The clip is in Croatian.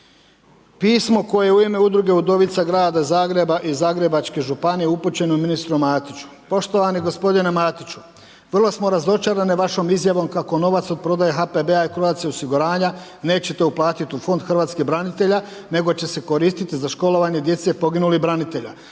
pismo koje je u ime udruge Udovica grada Zagreba i Zagrebačke županije upućeno ministru Matiću. Poštovani gospodine Matiću, vrlo smo razočarane vašom izjavom kako novac od prodaje HPB-a i Croatia osiguranja nećete uplatiti u fond hrvatskih branitelja nego će se koristiti za školovanje djece poginulih branitelja